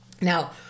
Now